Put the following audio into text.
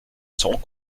seront